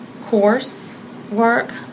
coursework